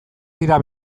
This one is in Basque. dira